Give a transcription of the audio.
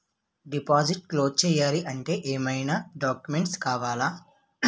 Deposit close చేయాలి అంటే ఏమైనా డాక్యుమెంట్స్ కావాలా?